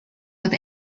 with